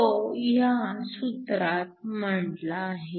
तो ह्या सूत्रात मांडला आहे